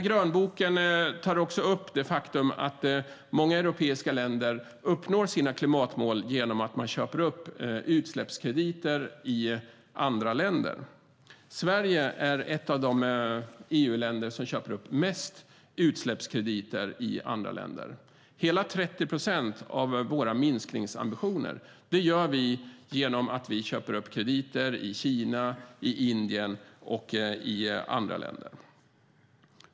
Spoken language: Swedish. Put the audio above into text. Grönboken tar också upp det faktum att många europeiska länder uppnår sina klimatmål genom att de köper ut utsläppskrediter i andra länder. Sverige är ett av de EU-länder som köper upp mest utsläppskrediter i andra länder. Hela 30 procent av våra minskningsambitioner åstadkommer vi genom att vi köper upp krediter i Kina, Indien och andra länder.